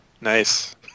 Nice